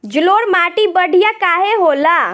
जलोड़ माटी बढ़िया काहे होला?